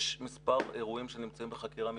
יש מספר אירועים שנמצאים בחקירה משטרתית,